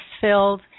filled